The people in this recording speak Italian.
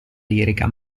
lirica